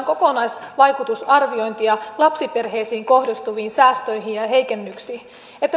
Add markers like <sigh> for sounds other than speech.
<unintelligible> kokonaisvaikutusarviointia lapsiperheisiin kohdistuviin säästöihin ja ja heikennyksiin